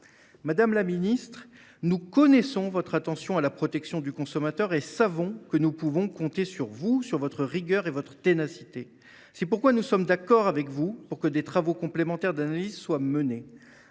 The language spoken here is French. Madame la secrétaire d’État, nous connaissons votre attention à la protection du consommateur et savons que nous pouvons compter sur vous, votre rigueur et votre ténacité. C’est pourquoi nous sommes d’accord avec vous pour que des travaux complémentaires d’analyse soient menés.